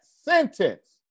sentence